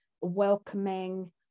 welcoming